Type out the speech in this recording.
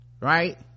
right